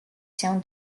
się